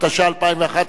התשע"א 2011,